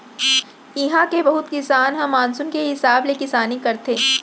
इहां के बहुत किसान ह मानसून के हिसाब ले किसानी करथे